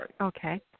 Okay